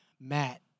Matt